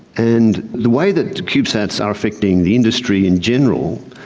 and the way that cubesats are affecting the industry in general,